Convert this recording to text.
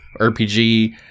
RPG